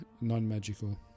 non-magical